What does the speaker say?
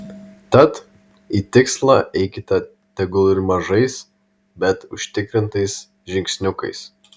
tad į tikslą eikite tegul ir mažais bet užtikrintais žingsniukais